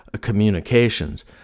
communications